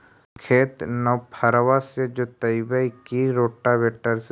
खेत नौफरबा से जोतइबै की रोटावेटर से?